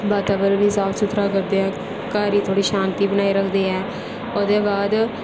वातावरण गी साफ सुथरा करदे न घर ई थोह्ड़ी शांति बनाई रखदे न ओह्दे बाद